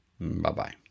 Bye-bye